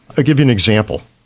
give you an example.